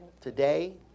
today